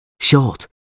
Short